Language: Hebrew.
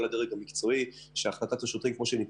הגורמים המקצועיים שהחלטת השוטרים לא הייתה צריכה